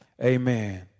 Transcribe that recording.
Amen